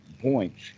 points